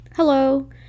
Hello